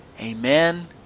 Amen